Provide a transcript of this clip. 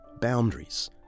boundaries